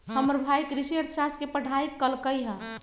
हमर भाई कृषि अर्थशास्त्र के पढ़ाई कल्कइ ह